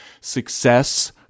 Success